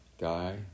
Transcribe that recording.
Guy